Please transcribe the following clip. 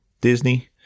disney